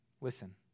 listen